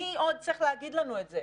מי עוד צריך להגיד לנו את זה?